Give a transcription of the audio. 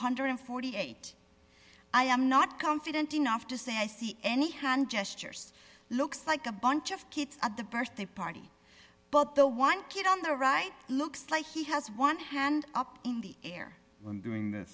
hundred and forty eight i am not confident enough to say i see any hand gestures looks like a bunch of kids at the birthday party but the one kid on the right looks like he has one hand up in the air